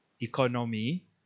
economy